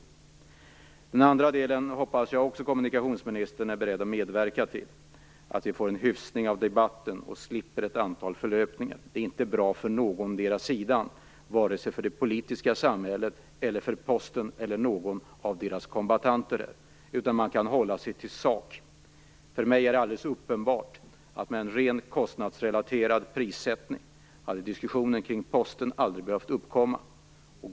Också den andra delen hoppas jag att kommunikationsministern är beredd att medverka till, nämligen att vi får en hyfsning av debatten och slipper ett antal förlöpningar. Det är inte bra för någondera sidan, vare sig för det politiska samhället, för Posten eller för någon av deras kombattanter. Man borde kunna hålla sig till sak. För mig är det alldeles uppenbart att med en rent kostnadsrelaterad prissättning hade diskussionen kring Posten aldrig behövt uppkomma.